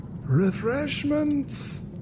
refreshments